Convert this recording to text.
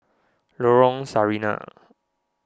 Lorong Sarina